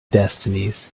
destinies